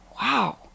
wow